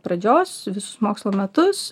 pradžios visus mokslo metus